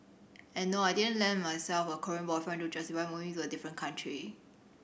and nor I didn't land myself a Korean boyfriend to justify moving to a different country